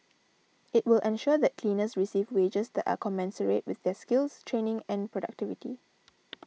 it will ensure that cleaners receive wages that are commensurate with their skills training and productivity